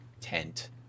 tent